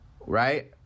right